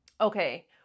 okay